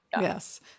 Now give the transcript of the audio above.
Yes